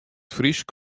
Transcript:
frysk